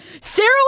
Sarah